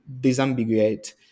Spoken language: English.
disambiguate